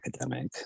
academic